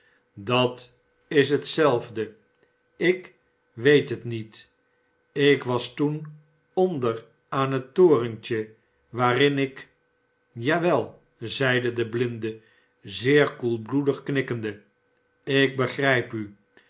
dat is hetzelfde ik weet het niet ik was toen onder aan het torentje waarin ik ja wel zeide de blinde zeer koelbloedig imikkende ik begrijp u